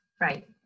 right